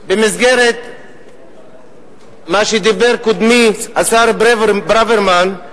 במסגרת מה שדיבר קודמי, השר ברוורמן,